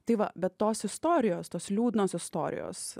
tai va bet tos istorijos tos liūdnos istorijos